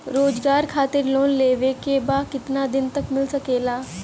रोजगार खातिर लोन लेवेके बा कितना तक मिल सकेला?